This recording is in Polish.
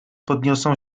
podniosą